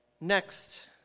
Next